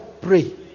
pray